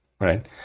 right